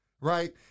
right